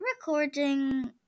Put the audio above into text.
recording